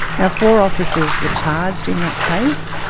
yeah four officers were charged in that case.